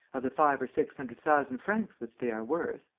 of the five or six hundred thousand francs which they are worth.